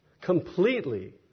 completely